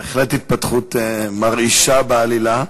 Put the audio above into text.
בהחלט התפתחות מרעישה בעלילה.